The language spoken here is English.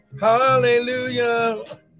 hallelujah